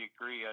agree